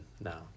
now